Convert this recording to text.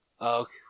Okay